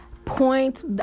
point